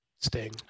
Sting